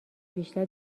بیشتر